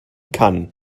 kann